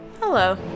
hello